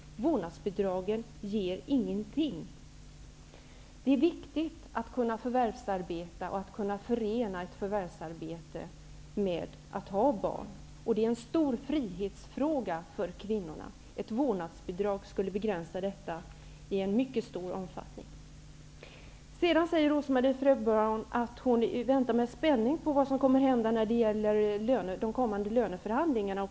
Vårdnadsbidragen ger ingenting. Det är viktigt att man kan förvärvsarbeta, och att man kan förena ett förvärvsarbete med att ha barn. Det är en stor frihetsfråga för kvinnorna. Ett vårdnadsbidrag skulle begränsa detta i en mycket stor omfattning. Rose-Marie Frebran sade också att hon med spänning väntar på vad som kommer att hända i de kommande löneförhandlingarna.